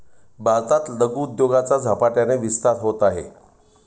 भारतात लघु उद्योगाचा झपाट्याने विस्तार होत आहे